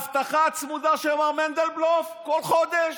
ואבטחה צמודה של מר מנדלבלוף, כל חודש,